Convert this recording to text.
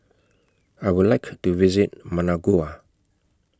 I Would like to visit Managua